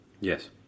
Yes